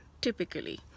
typically